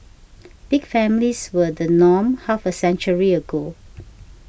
big families were the norm half a century ago